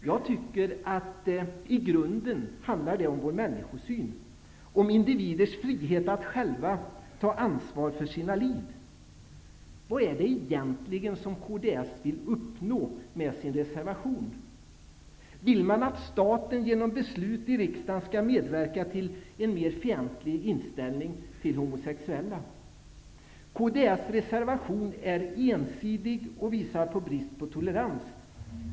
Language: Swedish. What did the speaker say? Jag tycker att det i grunden handlar om vår människosyn, om individers frihet att själva ta ansvar för sina liv. Vad är det egentligen som kds vill uppnå med sin reservation? Vill man att staten genom beslut i riksdagen skall medverka till en mer fientlig inställning till homosexuella? Kds reservation är ensidig och visar brist på tolerans.